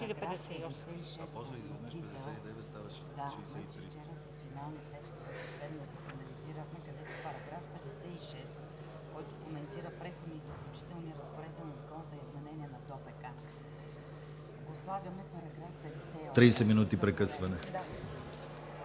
30 минути прекъсване.